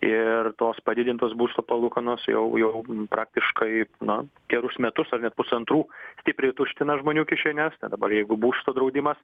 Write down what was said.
ir tos padidintos būsto palūkanos jau praktiškai na gerus metus ar net pusantrų stipriai tuština žmonių kišenes tad dabar jeigu būsto draudimas